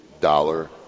dollar